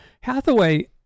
Hathaway